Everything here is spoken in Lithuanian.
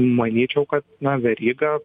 manyčiau kad na veryga